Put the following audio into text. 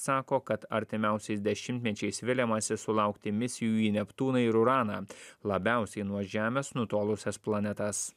sako kad artimiausiais dešimtmečiais viliamasi sulaukti misijų į neptūną ir uraną labiausiai nuo žemės nutolusias planetas